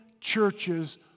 churches